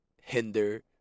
hinder